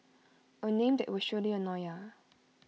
A name that will surely annoy ya